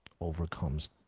overcomes